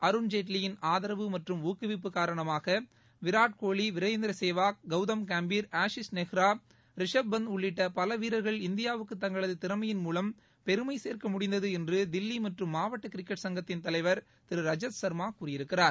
அருண்ஜேட்லியின் ஆதரவு மற்றும் ஊக்குவிப்பு காரணமாக விராட்கோலி வீரேந்திரசேவாக் கவுதம் காம்பீர் ஆசிஷ் நெஹ்ரா ரிஷப்பந்த் உள்ளிட்ட பல வீரர்கள் இந்தியாவுக்கு தங்களது திறமையின் மூலம் பெருமை சேர்க்க முடிந்தது என்று தில்லி மாவட்ட கிரிக்கெட் சங்கத்தின் தலைவர் திரு ரஜத் சர்மா கூறியிருக்கிறார்